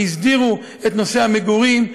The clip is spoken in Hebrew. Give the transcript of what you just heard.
שהסדירה את נושא המגורים,